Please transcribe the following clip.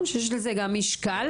יש לזה משקל.